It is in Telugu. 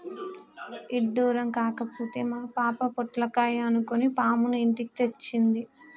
ఇడ్డురం కాకపోతే మా పాప పొట్లకాయ అనుకొని పాముని ఇంటికి తెచ్చింది